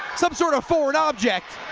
some sort of foreign object